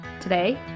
Today